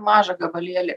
mažą gabalėlį